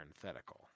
parenthetical